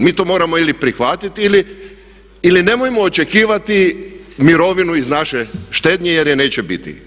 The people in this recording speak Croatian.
Mi to moramo ili prihvatiti ili nemojmo očekivati mirovinu iz naše štednje jer je neće biti.